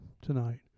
tonight